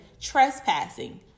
trespassing